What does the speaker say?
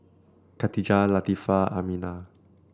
Katijah Latifa Aminah